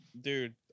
dude